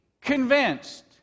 convinced